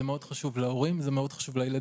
זה מאוד חשוב להורים, לילדים.